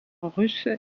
russe